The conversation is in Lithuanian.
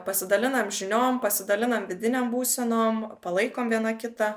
pasidalinam žiniom pasidalinam vidinėm būsenom palaikom viena kitą